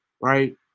right